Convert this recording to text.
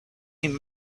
him